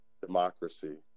democracy